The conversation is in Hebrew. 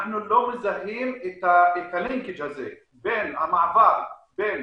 אנחנו לא מזהים את הלינקג' הזה בין המעבר בין